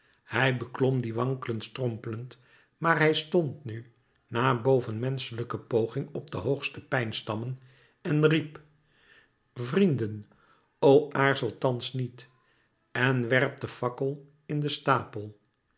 hij beklom dien wankelend strompelend maar hij stond nu na bovenmenschelijke poging op de hoogste pijnstammen en riep vrienden o aarzelt thans niet en werpt den fakkel in den stapel